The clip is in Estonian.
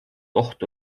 ohtu